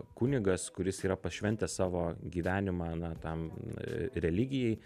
kunigas kuris yra pašventęs savo gyvenimą na tam religijai